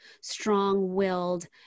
strong-willed